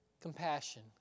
compassion